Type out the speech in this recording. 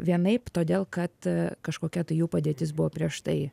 vienaip todėl kad kažkokia tai jų padėtis buvo prieš tai